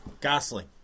Gosling